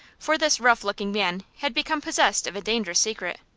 for this rough-looking man had become possessed of a dangerous secret.